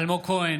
אלמוג כהן,